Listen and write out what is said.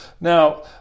now